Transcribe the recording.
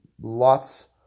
lots